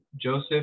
Joseph